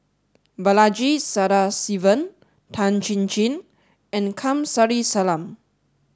Balaji Sadasivan Tan Chin Chin and Kamsari Salam